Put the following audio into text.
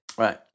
Right